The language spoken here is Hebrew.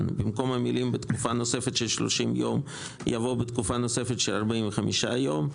במקום המילים בתקופה נוספת של 30 יום יבוא: בתקופה נוספת של 45 יום.